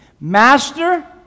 Master